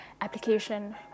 application